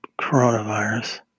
coronavirus